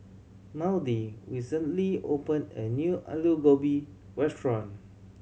Maudie recently opened a new Alu Gobi Restaurant